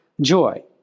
joy